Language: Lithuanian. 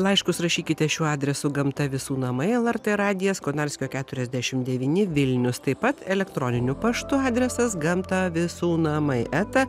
laiškus rašykite šiuo adresu gamta visų namai lrt radijas konarskio keturiasdešim devyni vilnius taip pat elektroniniu paštu adresas gamta visų namai eta